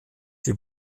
die